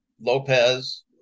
Lopez